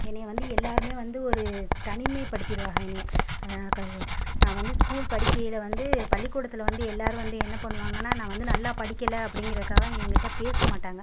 என்னைய வந்து எல்லோருமே வந்து ஒரு தனிமைப்படுத்திடுவாக என்னைய நான் வந்து ஸ்கூல் படிக்கையிலே வந்து பள்ளிக்கூடத்தில் வந்து எல்லோரும் வந்து என்ன பண்ணுவாங்கன்னா நான் வந்து நல்லா படிக்கல அப்படிங்கிறக்காக எங்ககிட்ட பேசமாட்டாங்க